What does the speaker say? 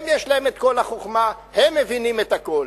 הם, יש להם כל החוכמה, הם מבינים את הכול.